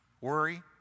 Worry